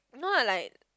no ah like